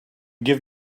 give